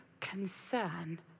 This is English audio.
concern